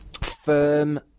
firm